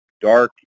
Dark